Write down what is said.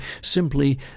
simply